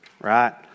right